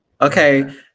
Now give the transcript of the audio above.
Okay